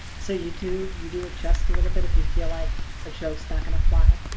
so you do you do adjust a little bit if you feel like a joke's not gonna fly?